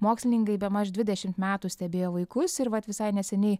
mokslininkai bemaž dvidešimt metų stebėjo vaikus ir vat visai neseniai